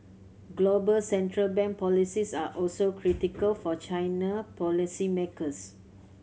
global central bank policies are also critical for China policy makers